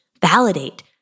Validate